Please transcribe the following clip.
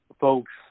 folks